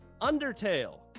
Undertale